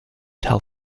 tell